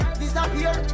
disappear